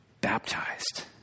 baptized